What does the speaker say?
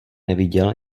neviděl